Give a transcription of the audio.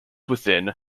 within